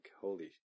Holy